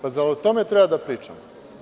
Zar o tome treba da pričamo?